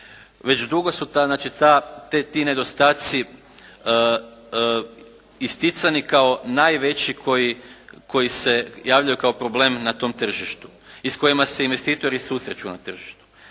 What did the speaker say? Već dugo su ti nedostaci isticani kao najveći koji se javljaju kao problem na tom tržištu i s kojima se investitori susreću na tržištu.